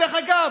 דרך אגב,